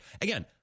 Again